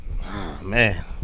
Man